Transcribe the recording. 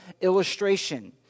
illustration